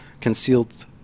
concealed